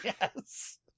Yes